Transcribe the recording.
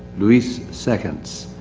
maurice seconds.